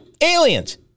aliens